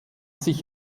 sich